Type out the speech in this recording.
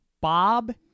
Bob